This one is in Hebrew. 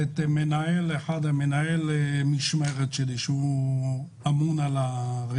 היא כוללת את מנהל המשמרת שלי שאמון על הריכוז.